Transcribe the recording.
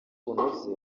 bunoze